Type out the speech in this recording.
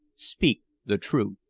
speak the truth.